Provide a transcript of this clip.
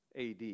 AD